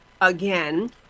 again